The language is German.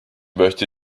möchte